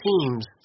teams